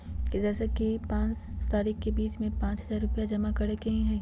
जैसे कि एक से पाँच तारीक के बीज में पाँच हजार रुपया जमा करेके ही हैई?